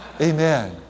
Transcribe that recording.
Amen